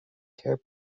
care